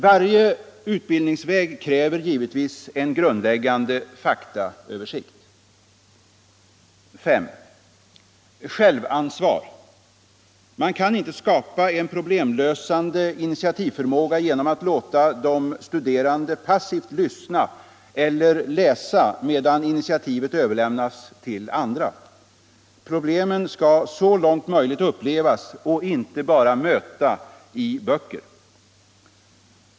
Varje utbildningsväg kräver givetvis en grundläggande faktaöversikt. 5. Självansvar. Man kan inte skapa en problemlösande initiativförmåga genom att låta de studerande passivt lyssna eller läsa, medan initiativet överlämnas till andra. Problemen skall så långt möjligt upplevas och inte bara möta i böcker.